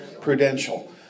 Prudential